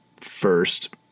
first